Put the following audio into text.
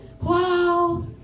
Wow